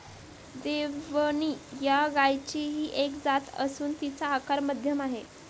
देवणी या गायचीही एक जात असून तिचा आकार मध्यम आहे